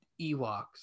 ewoks